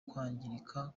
kwangirika